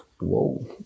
whoa